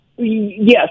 Yes